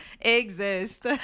exist